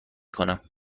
کنم